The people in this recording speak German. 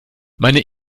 meine